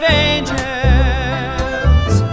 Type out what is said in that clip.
angels